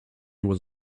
was